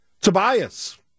Tobias